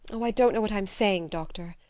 oh! i don't know what i'm saying, doctor.